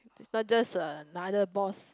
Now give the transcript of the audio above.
not just another boss